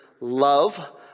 love